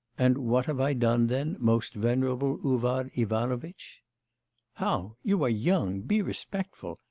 and what have i done, then, most venerable uvar ivanovitch how! you are young, be respectful.